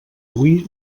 hui